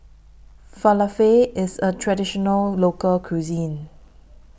Falafel IS A Traditional Local Cuisine